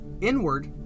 inward